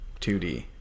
2d